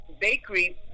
bakery